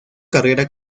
carrera